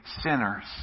sinners